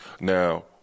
Now